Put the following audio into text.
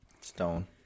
stone